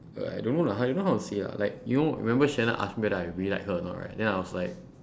uh I don't know lah I don't know how to say like ah you know remember shannon ask me whether I really like her or not right then I was like